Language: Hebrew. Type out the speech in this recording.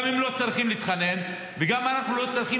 גם הם לא צריכים להתחנן וגם אנחנו לא צריכים